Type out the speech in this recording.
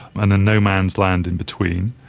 and then no man's land in between.